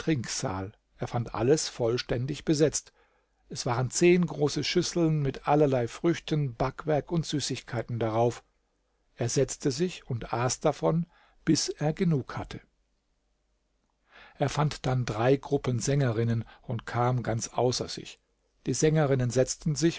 er fand alles vollständig besetzt es waren zehn große schüsseln mit allerlei früchten backwerk und süßigkeiten darauf er setzte sich und aß davon bis er genug hatte er fand dann drei gruppen sängerinnen und kam ganz außer sich die sängerinnen setzten sich